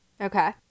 Okay